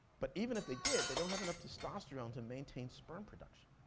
but even if they did, they don't have enough testosterone to maintain sperm production.